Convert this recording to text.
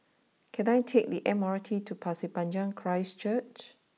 can I take the M R T to Pasir Panjang Christ Church